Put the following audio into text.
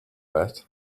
bet